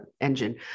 engine